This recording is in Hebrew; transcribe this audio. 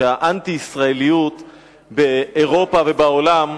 שהאנטי-ישראליות באירופה ובעולם,